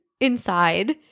inside